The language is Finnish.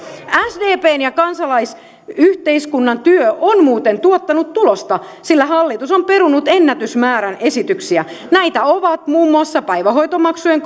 sdpn ja kansalaisyhteiskunnan työ on muuten tuottanut tulosta sillä hallitus on perunut ennätysmäärän esityksiä näitä ovat muun muassa päivähoitomaksujen